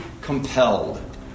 compelled